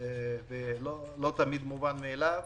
זה לא תמיד מובן מאליו.